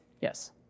Yes